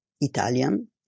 Italian